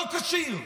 לא כשיר,